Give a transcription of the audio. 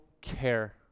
care